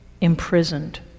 imprisoned